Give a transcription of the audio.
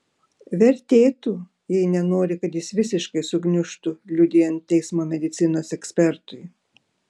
vertėtų jei nenori kad jis visiškai sugniužtų liudijant teismo medicinos ekspertui